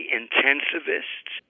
intensivists